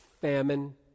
famine